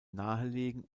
nahelegen